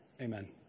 Amen